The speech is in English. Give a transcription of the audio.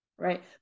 Right